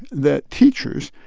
that teachers,